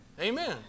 Amen